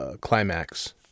climax